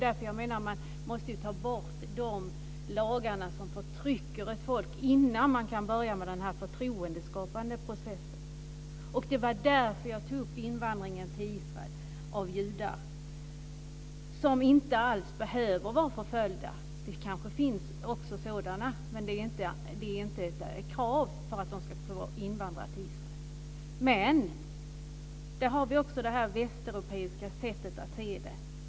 De lagar som förtrycker ett folk måste tas bort innan man kan börja med den förtroendeskapande processen. Det är därför som jag tog upp invandringen till Israel av judar, som inte alls behöver vara förföljda. Kanske finns det också sådana men det är inget krav för att få invandra till Israel. Vi har också det västeuropeiska sättet att se detta.